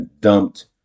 dumped